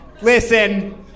listen